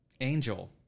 Angel